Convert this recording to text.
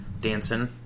dancing